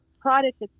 product